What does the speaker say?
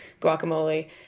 guacamole